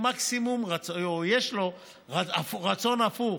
או יש לו רצון הפוך: